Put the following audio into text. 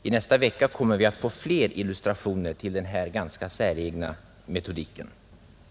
I nästa vecka kommer vi att få fler illustrationer till den här ganska säregna metodiken från departementets sida.